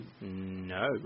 No